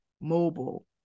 mobile